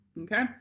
Okay